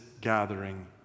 gathering